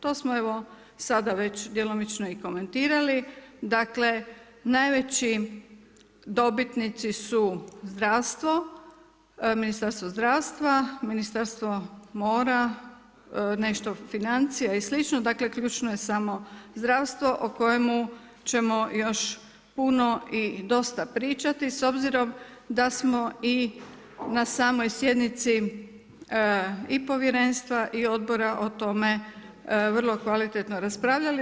To smo evo sada već djelomično i komentirali, dakle, najveći dobitnici su Ministarstvo zdravstvo, Ministarstvo mora, nešto financija i slično, dakle ključno je samo zdravstvo o kojemu ćemo još puno i dosta pričati s obzirom da smo i na samoj sjednici i povjerenstva i odbora o tome vrlo kvalitetno raspravljali.